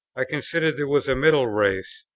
i considered there was a middle race,